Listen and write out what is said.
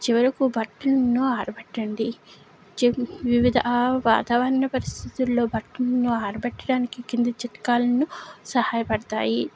చివరకు బట్టలును ఆరబెట్టండి వివిధ వాతావరణ పరిస్థితుల్లో బట్టలను ఆరబెట్టడానికి కింది చిట్కాలను సహాయపడతాయి